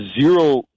zero